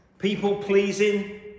people-pleasing